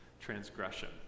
transgression